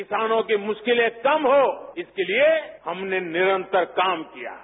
किसानों की मुश्किलें कम हों इसके लिये हमने निरन्तर काम किया है